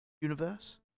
universe